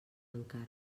encara